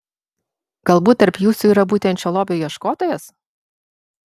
galbūt tarp jūsų yra būtent šio lobio ieškotojas